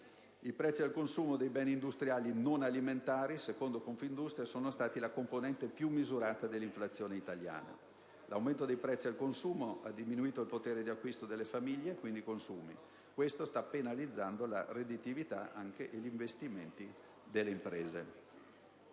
I prezzi al consumo dei beni industriali non alimentari e non energetici, secondo Confindustria, sono stati la componente più misurata dell'inflazione italiana. L'aumento dei prezzi al consumo ha diminuito il potere di acquisto delle famiglie, quindi i consumi, cosa che sta penalizzando la redditività e anche gli investimenti delle imprese.